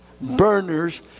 burners